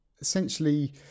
Essentially